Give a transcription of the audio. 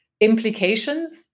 implications